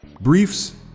Briefs